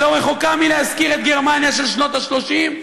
שלא רחוקה מלהזכיר את גרמניה של שנות ה-30,